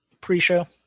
pre-show